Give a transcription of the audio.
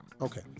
Okay